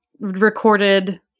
recorded